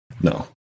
No